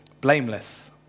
blameless